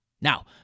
Now